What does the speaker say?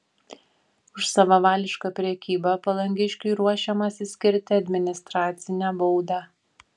už savavališką prekybą palangiškiui ruošiamasi skirti administracinę baudą